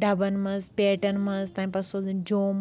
ڈبَن منٛز پیٹؠن منٛز تمہِ پتہٕ سوزٕنۍ جۆم